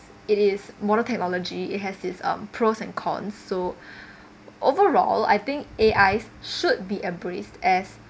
it is modern technology it has its um pros and con so overall I think A_I should be embraced as